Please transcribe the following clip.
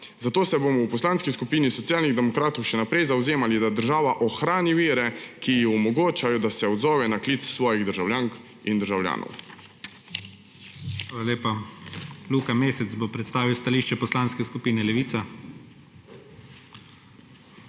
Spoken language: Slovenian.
Zato se bomo v Poslanski skupini Socialnih demokratov še naprej zavzemali, da država ohrani vire, ki ji omogočajo, da se odzove na klic svojih državljank in državljanov. PREDSEDNIK IGOR ZORČIČ: Hvala lepa. Luka Mesec bo predstavil stališče Poslanske skupine Levica.